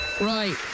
Right